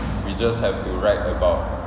we just have to write about